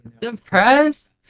Depressed